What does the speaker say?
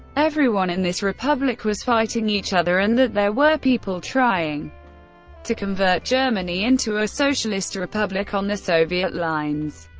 everyone in this republic was fighting each other, and that there were people trying to convert germany into a socialist republic on the soviet lines.